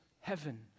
heaven